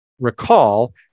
recall